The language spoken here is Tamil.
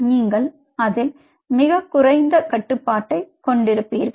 நீங்கள் அதில் மிகக் குறைந்த கட்டுப்பாட்டைக் கொண்டிருப்பீர்கள்